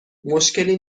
مشکلی